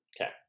okay